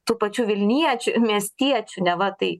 tų pačių vilniečių miestiečių neva tai